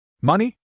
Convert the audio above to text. Money